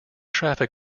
traffic